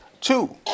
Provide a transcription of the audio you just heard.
two